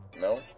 No